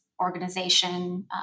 organization